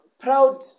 Proud